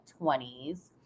20s